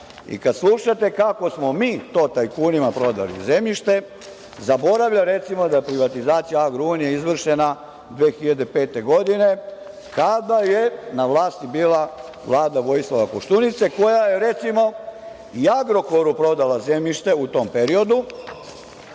i kad slušate kako smo mi to tajkunima prodali zemljište, zaboravlja, recimo, da je privatizacija „Agrounije“ izvršena 2005. godine, kada je na vlasti bila Vlada Vojislava Koštunice, koja je recimo, i „Agrokoru“ prodala zemljište u tom periodu,